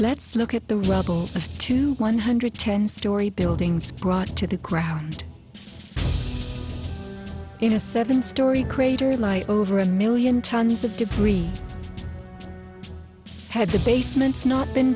let's look at the rubble of two one hundred ten story buildings brought to the ground in a seven story crater lie over a million tons of debris had to basements not been